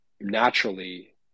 naturally